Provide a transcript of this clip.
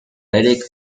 eric